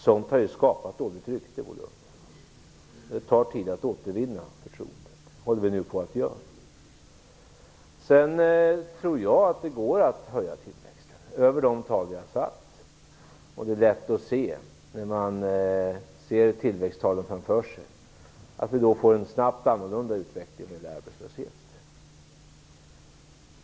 Sådant har ju skapat dåligt rykte, Bo Lundgren. Det tar tid att återvinna förtroendet, men det håller vi nu på att göra. Sedan tror jag att det går att höja tillväxten över de tal som vi har satt. När man ser tillväxttalen framför sig är det lätt att se att vi snabbt kommer att få en annorlunda utveckling när det gäller arbetslöshet.